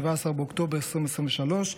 17 באוקטובר 2023,